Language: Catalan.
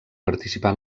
participar